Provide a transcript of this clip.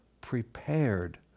prepared